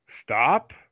stop